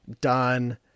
done